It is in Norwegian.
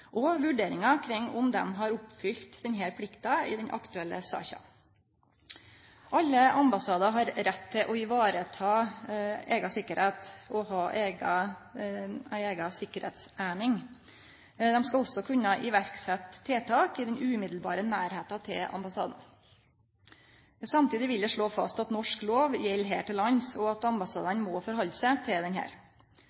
og vurderingar kring om dei har oppfylt denne plikta i den aktuelle saka. Alle ambassadar har rett til å vareta eiga sikkerheit og ha ei eiga sikkerheitseining. Dei skal også kunne setje i verk tiltak i «umiddelbar nærhet» til ambassaden. Samtidig vil eg slå fast at norsk lov gjeld her til lands, og at